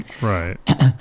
Right